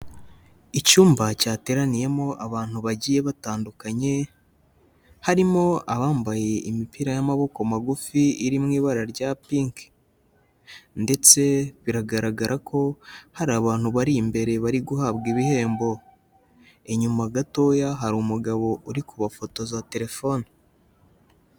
Icyumba cyateraniyemo abantu bagiye batandukanye, harimo abambaye imipira y'amaboko magufi iri mu ibara rya pinki ndetse biragaragara ko hari abantu bari imbere bari guhabwa ibihembo, inyuma gatoya hari umugabo uri kubafotoza telefone.